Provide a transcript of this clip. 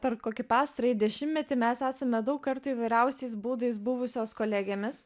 per kokį pastarąjį dešimtmetį mes esame daug kartų įvairiausiais būdais buvusios kolegėmis